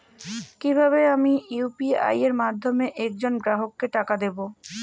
কিভাবে আমি ইউ.পি.আই এর মাধ্যমে এক জন গ্রাহককে টাকা দেবো?